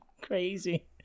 crazy